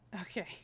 Okay